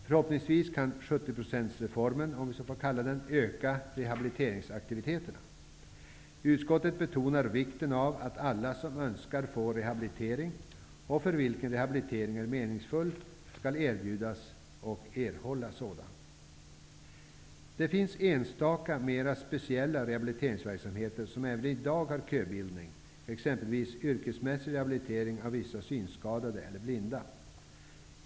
Förhoppningsvis kan ''70 %-reformen'' öka rehabiliteringsaktiviteterna. Utskottet betonar vikten av att alla som önskar får rehabilitering och för vilka rehabilitering är meningsfull, skall erbjudas och erhålla sådan. Det finns enstaka mera speciella rehabiliteringsverksamheter där det även i dag förekommer köbildning, exempelvis yrkesmässig rehabilitering av vissa synskadade och blinda.